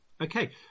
Okay